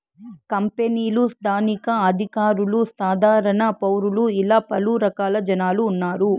కంపెనీలు స్థానిక అధికారులు సాధారణ పౌరులు ఇలా పలు రకాల జనాలు ఉన్నారు